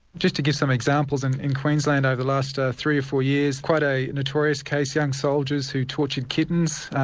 just to give some examples, and in queensland over the last three or four years, quite a notorious case, young soldiers who tortured kittens,